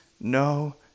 no